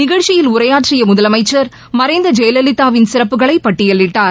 நிகழ்ச்சியில் உரையாற்றிய முதலமைச்சர் மறைந்த ஜெயலலிதாவின் சிறப்புகளை பட்டியலிட்டார்